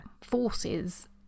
forces